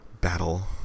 battle